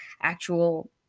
actual